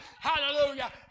Hallelujah